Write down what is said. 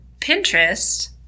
Pinterest